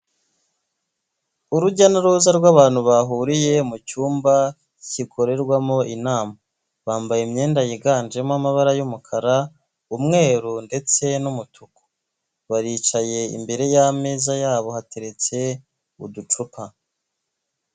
Urujya n'uruza rw'abantu bahuriye mu cyumba gikorerwamo inama bambaye imyenda yiganjemo amabara y'umukara, umweru ndetse n'umutuku baricaye imbere y'ameza yabo hateretse uducupa.